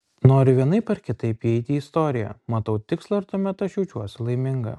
noriu vienaip ar kitaip įeiti į istoriją matau tikslą ir tuomet aš jaučiuosi laiminga